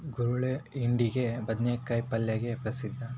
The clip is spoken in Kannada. ಗುರೆಳ್ಳು ಹಿಂಡಿಗೆ, ಬದ್ನಿಕಾಯ ಪಲ್ಲೆಗೆ ಪ್ರಸಿದ್ಧ